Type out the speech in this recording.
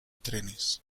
trenes